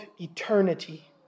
eternity